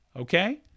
okay